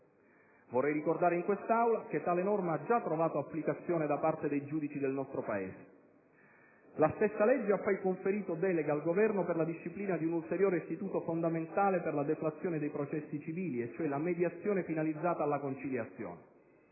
Vorrei ricordare in quest'Aula che tale norma ha già trovato applicazione da parte dei giudici del nostro Paese. La stessa legge ha poi conferito delega al Governo per la disciplina di un ulteriore istituto fondamentale per la deflazione dei processi civili: la mediazione finalizzata alla conciliazione.